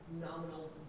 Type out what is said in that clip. nominal